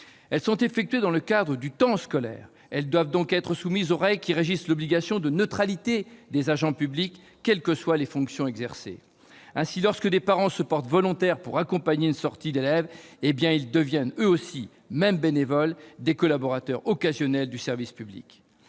sont effectuées dans le cadre du temps scolaire et, à ce titre, doivent être soumises aux règles régissant l'obligation de neutralité des agents publics, indépendamment des fonctions exercées. Ainsi, lorsque des parents se portent volontaires pour accompagner une sortie d'élèves, ils deviennent eux aussi, même bénévoles, des collaborateurs occasionnels du service public.